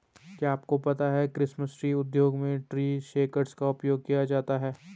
क्या आपको पता है क्रिसमस ट्री उद्योग में ट्री शेकर्स का उपयोग किया जाता है?